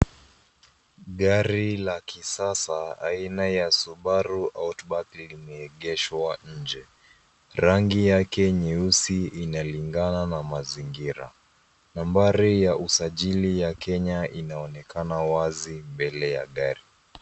Gari la kisasa aina ya Subaru outback limeegeshwa nje . Rangi yake nyeusi inalingana na mazingira. Nambari ya usajili ya Kenya linaonekana wazi mbele ya gari.